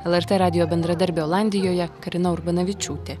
lrt radijo bendradarbė olandijoje karina urbanavičiūtė